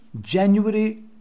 January